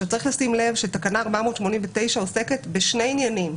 צריך לשים לב שתקנה 489 עוסקת בשני עניינים.